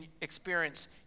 experience